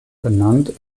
benannt